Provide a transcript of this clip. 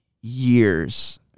years